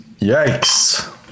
Yikes